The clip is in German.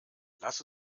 lass